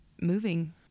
moving